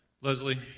Leslie